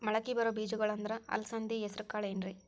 ಮಳಕಿ ಬರೋ ಬೇಜಗೊಳ್ ಅಂದ್ರ ಅಲಸಂಧಿ, ಹೆಸರ್ ಕಾಳ್ ಏನ್ರಿ?